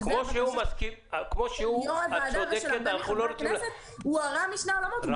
הוא הרע משני העולמות.